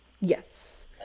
yes